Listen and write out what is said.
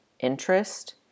interest